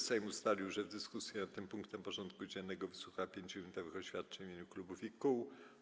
Sejm ustalił, że w dyskusji nad tym punktem porządku dziennego wysłucha 5-minutowych oświadczeń w imieniu klubów i kół.